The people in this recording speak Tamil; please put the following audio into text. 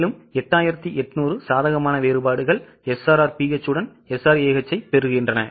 எனவே 8800 சாதகமான வேறுபாடுகள் SRRBH உடன் SRAH ஐப் பெற்றன